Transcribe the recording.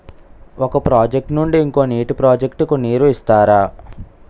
ఒక ప్రాజెక్ట్ నుండి ఇంకో నీటి ప్రాజెక్ట్ కు నీరు ఇస్తారు